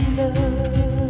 love